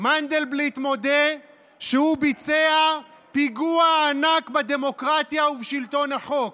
מנדלבליט מודה שהוא ביצע פיגוע ענק בדמוקרטיה ובשלטון החוק.